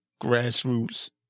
grassroots